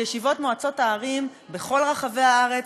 וישיבות מועצות הערים בכל רחבי הארץ